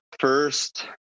first